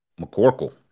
McCorkle